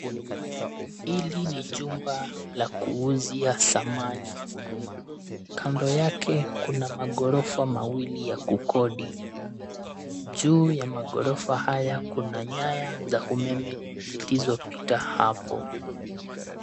Hili ni jumba la kuuzia samani, kando yake kuna magorofa mawili ya kukodi. Juu ya magorofa haya Kuna nyaya za umeme zilizopita hapo.